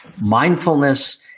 mindfulness